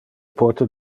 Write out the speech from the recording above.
pote